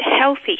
healthy